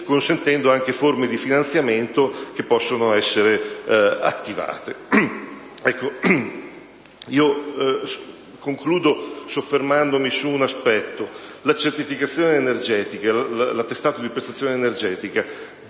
consentendo anche forme di finanziamento che possono essere attivate.